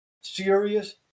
serious